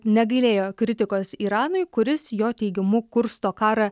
negailėjo kritikos iranui kuris jo teigimu kursto karą